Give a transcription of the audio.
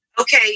Okay